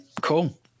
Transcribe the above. Cool